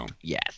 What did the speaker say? Yes